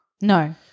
No